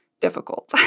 difficult